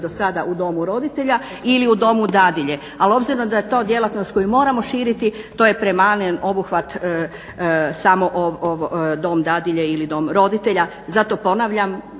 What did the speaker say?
do sada u domu roditelja ili u domu dadilje. Ali obzirom da je to djelatnost koju moramo širiti to je premalen obuhvat samo dom dadilje ili dom roditelja. Zato ponavljam,